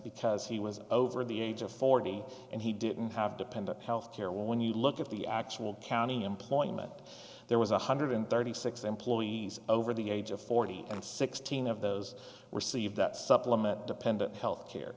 because he was over the age of forty and he didn't have dependent health care when you look at the actual counting employment there was one hundred thirty six employees over the age of forty and sixteen of those receive that supplement dependent health care